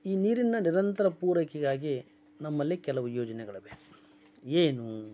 ಈ ನೀರಿನ ನಿರಂತರ ಪೂರೈಕೆಗಾಗಿ ನಮ್ಮಲ್ಲಿ ಕೆಲವು ಯೋಜನೆಗಳಿವೆ ಏನು